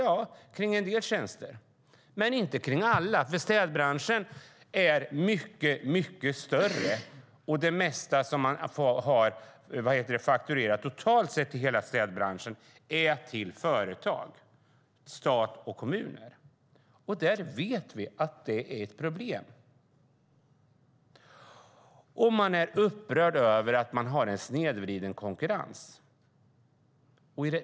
Ja, det har det kring en del tjänster, men inte alla. För städbranschen är mycket större, och det mesta man har fakturerat totalt sett i hela branschen avser företag, stat och kommuner. Där vet vi att det finns problem. Man är upprörd över att man har en snedvriden konkurrens.